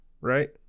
right